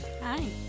Hi